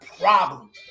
problem